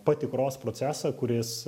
patikros procesą kuris